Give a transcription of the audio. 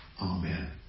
Amen